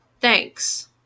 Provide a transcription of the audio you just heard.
Thanks